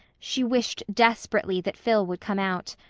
she wished desperately that phil would come out.